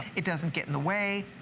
it doesn't get in the way.